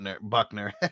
Buckner